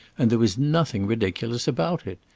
and there was nothing ridiculous about it.